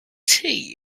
tea